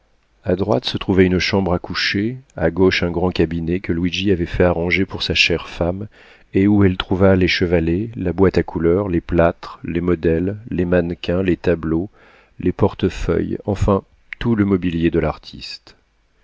a droite se trouvait une chambre à coucher à gauche un grand cabinet que luigi avait fait arranger pour sa chère femme et où elle trouva les chevalets la boîte à couleurs les plâtres les modèles les mannequins les tableaux les portefeuilles enfin tout le mobilier de l'artiste